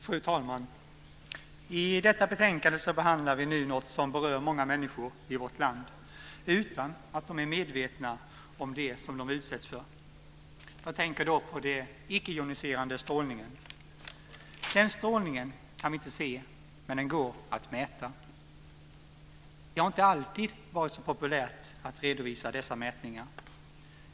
Fru talman! I detta betänkande behandlar vi något som berör många människor i vårt land - utan att de är medvetna om det som de utsätts för. Jag tänker då på den icke joniserande strålningen. Den strålningen kan vi inte se, men den går att mäta. Det har inte alltid varit så populärt att redovisa dessa mätningar.